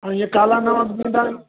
हा ईअं काला नमक बि ईंदा आहिनि